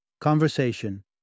Conversation